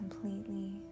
completely